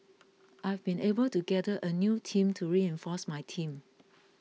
I have been able to gather a new team to reinforce my team